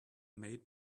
made